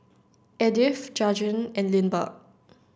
Edyth Jajuan and Lindbergh